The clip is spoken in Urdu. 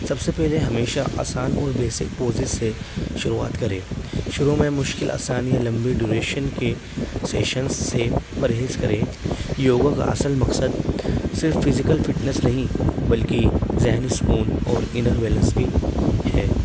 سب سے پہلے ہمیشہ آسان اور بیسک پوزز سے شروعات کریں شروع میں مشکل آسانی یا لمبی ڈیوریشن کے سیشنس سے پرہیز کریں یوگا کا اصل مقصد صرف فزیکل فٹنیس نہیں بلکہ ذہنی سکون اور انر بیلنس بھی ہے